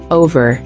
over